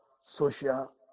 social